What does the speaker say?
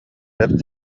бэрт